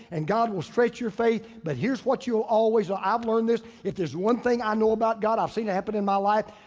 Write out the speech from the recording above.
and god will stretch your faith. but here's what you'll always. i've learned this, if there's one thing i know about god, i've seen it happen in my life,